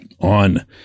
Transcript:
On